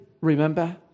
remember